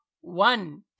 one